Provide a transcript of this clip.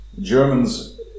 Germans